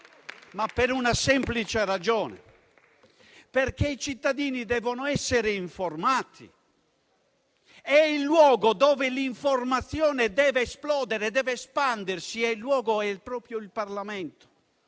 per la semplice ragione che i cittadini devono essere informati, e il luogo dove l'informazione deve esplodere e deve espandersi è proprio il Parlamento.